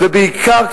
ובעיקר,